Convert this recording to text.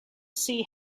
see